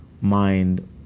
mind